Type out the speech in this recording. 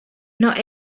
not